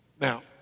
Now